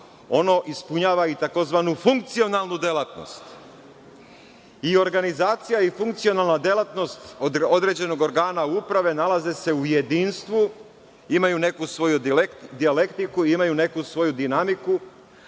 ono ispunjava i tzv. funkcionalnu delatnost. I organizacija i funkcionalna delatnost određenog organa uprave nalaze se u jedinstvu, imaju neku svoju dijalektiku i imaju neku svoju dinamiku,